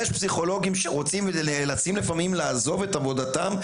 יש פסיכולוגים שרוצים לפעמים לעזוב את עבודתם,